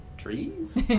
Trees